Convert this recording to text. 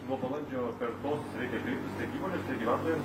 nuo balandžio penktos reikia kreiptis tiek monėms tiek gyventojams